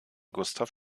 gustav